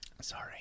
sorry